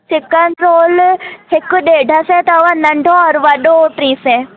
chicken roll हिकु ॾेढ सौ अथव नंढो ओर वॾो टी सौ